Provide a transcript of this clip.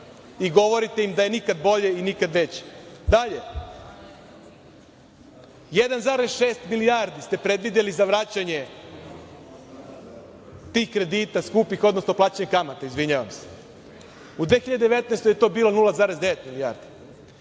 i govorite im da je nikad bolje i nikad veće. Dalje, 1,6 milijardi ste predvideli za vraćanje tih kredita skupih, odnosno plaćanje kamate, izvinjavam se. U 2019. godini je to bilo 0,9 milijardi.